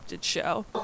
show